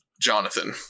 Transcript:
Jonathan